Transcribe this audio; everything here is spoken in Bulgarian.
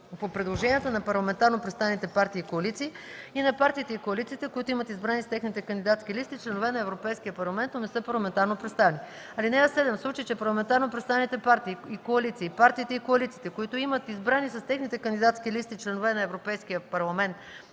по предложенията на парламентарно представените партии и коалиции и на партиите и коалициите, които имат избрани с техните кандидатски листи членове на Европейския парламент, но не са парламентарно представени. (7) В случай че парламентарно представените партии и коалиции и партиите и коалициите, които имат избрани с техните кандидатски листи членове на Европейския парламент